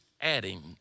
adding